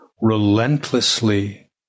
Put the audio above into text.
relentlessly